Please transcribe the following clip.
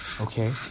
Okay